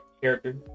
character